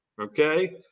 okay